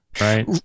right